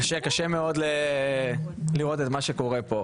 קשה לראות את מה שקורה כאן.